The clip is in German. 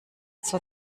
zur